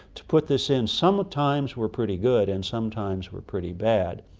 to put this in. sometimes we're pretty good and sometimes we're pretty bad,